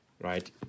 Right